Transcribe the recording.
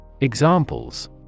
Examples